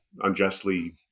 unjustly